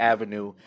Avenue